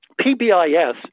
PBIS